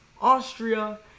Austria